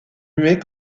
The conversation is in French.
muet